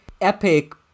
Epic